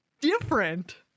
different